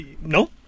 no